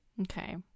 Okay